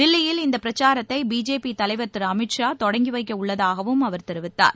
தில்லியில் இந்த பிரச்சாரத்தை பிஜேபி தலைவர் திரு அமித் ஷா தொடங்கி வைக்கவுள்ளதாகவும் அவர் தெரிவித்தார்